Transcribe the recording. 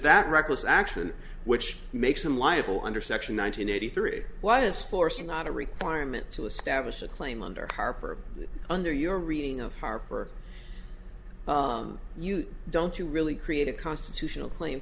that reckless action which makes him liable under section one hundred eighty three why is forcing not a requirement to establish a claim under harper under your reading of harper you don't you really create a constitutional cla